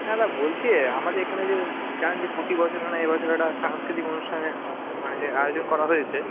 হ্যাঁ দা বলছি আমাদের এখানে যে জানেন যে প্রতি বছরের ন্যায় এ বছরও একটা সাংস্কৃতিক অনুষ্ঠানের মানে আয়োজন করা হয়েছে